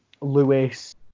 Lewis